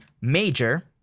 major